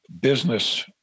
business